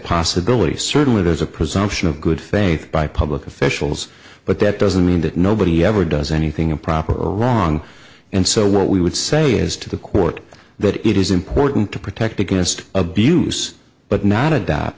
possibility certainly there's a presumption of good faith by public officials but that doesn't mean that nobody ever does anything improper or wrong and so what we would say is to the court that it is important to protect against abuse but not